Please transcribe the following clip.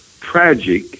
tragic